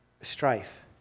strife